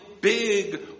big